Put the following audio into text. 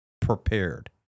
prepared